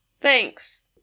Thanks